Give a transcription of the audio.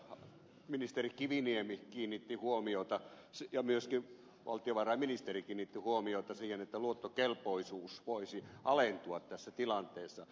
tässä ministeri kiviniemi ja myöskin valtiovarainministeri kiinnittivät huomiota siihen että luottokelpoisuus voisi alentua tässä tilanteessa